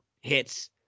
hits